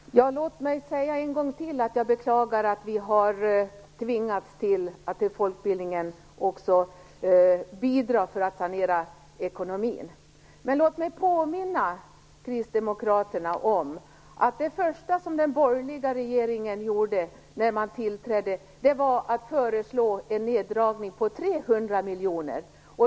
Fru talman! Låt mig säga en gång till att jag beklagar att vi har tvingats låta även folkbildningen bidra till att sanera ekonomin. Men låt mig också påminna Kristdemokraterna om att det första den borgerliga regeringen gjorde när den tillträdde var att föreslå en neddragning på 300 miljoner.